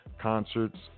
concerts